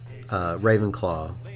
Ravenclaw